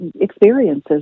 experiences